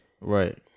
Right